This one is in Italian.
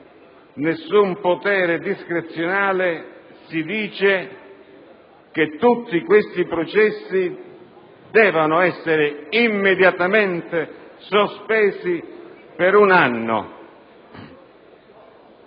nessun potere discrezionale, che tutti questi processi devono essere immediatamente sospesi per un anno.